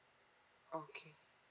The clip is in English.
okay